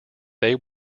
they